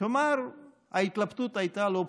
כלומר, ההתלבטות הייתה לא פשוטה,